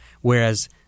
Whereas –